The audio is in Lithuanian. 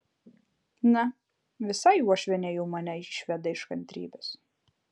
na visai uošvienė jau mane išveda iš kantrybės